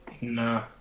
Nah